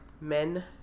men